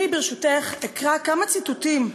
אני, ברשותך, אקרא כמה ציטוטים.